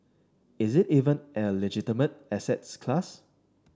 is it even a legitimate asset class